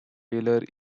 tailor